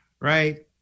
right